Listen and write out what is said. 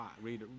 read